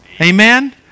Amen